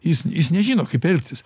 jis jis nežino kaip elgtis